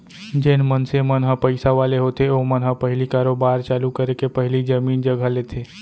जेन मनसे मन ह पइसा वाले होथे ओमन ह पहिली कारोबार चालू करे के पहिली जमीन जघा लेथे